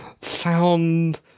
sound